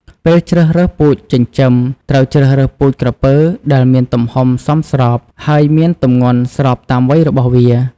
ពេលជ្រើសរើសពូជចិញ្ចឹម ត្រូវជ្រើសរើសពូជក្រពើដែលមានទំហំសមស្រប ហើយមានទម្ងន់ស្របតាមវ័យរបស់វា។